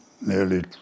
nearly